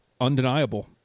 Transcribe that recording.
undeniable